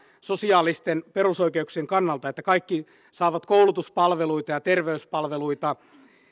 sosiaalisten perusoikeuksien kannalta että kaikki saavat koulutuspalveluita ja terveyspalveluita